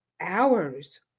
hours